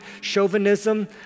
chauvinism